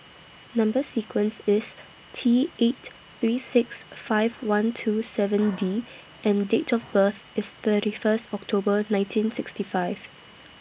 Number sequence IS T eight three six five one two seven D and Date of birth IS thirty First October nineteen sixty five